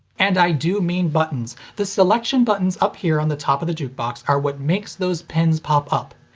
and i do mean buttons. the selection buttons up here on the top of the jukebox are what makes those pins pop up.